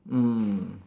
mm